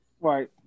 Right